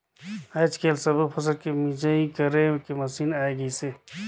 आयज कायल सब्बो फसल के मिंजई करे के मसीन आये गइसे